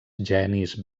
genis